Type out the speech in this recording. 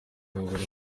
abagore